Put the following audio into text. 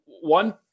one